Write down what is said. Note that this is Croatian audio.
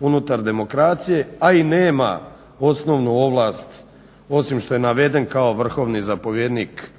unutar demokracije, a i nema osnovnu ovlast osim što je naveden kao vrhovni zapovjednik